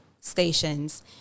stations